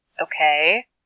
Okay